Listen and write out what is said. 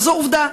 וזו עובדה,